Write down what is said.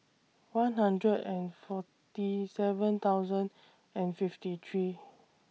one hundred and forty seven thousand and fifty three